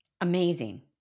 Amazing